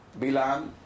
Bilam